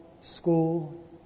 school